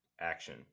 Action